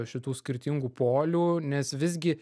šitų skirtingų polių nes visgi